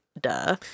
duh